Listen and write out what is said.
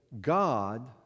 God